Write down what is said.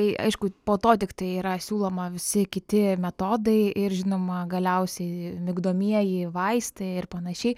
tai aišku po to tiktai yra siūloma visi kiti metodai ir žinoma galiausiai migdomieji vaistai ir panašiai